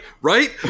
Right